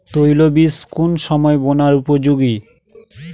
তৈল বীজ কোন সময় বোনার উপযোগী?